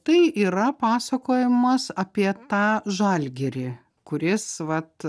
tai yra pasakojimas apie tą žalgirį kuris vat